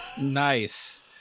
Nice